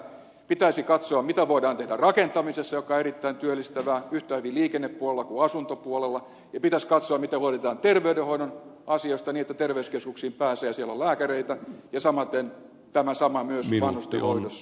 pitäisi katsoa mitä voidaan tehdä rakentamisessa joka on erittäin työllistävää yhtä hyvin liikennepuolella kuin asuntopuolella ja pitäisi katsoa miten hoidetaan terveydenhoidon asiat niin että terveyskeskuksiin pääsee ja siellä on lääkäreitä ja tämä sama myös vanhustenhoidossa